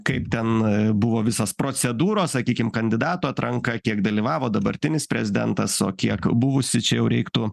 kaip ten buvo visos procedūros sakykim kandidatų atranka kiek dalyvavo dabartinis prezidentas o kiek buvusi čia jau reiktų